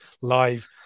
live